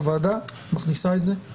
הוועדה מכניסה את זה.